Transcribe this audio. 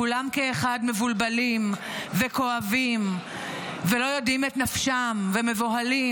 כולם כאחד מבולבלים וכואבים ולא יודעים את נפשם ומבוהלים,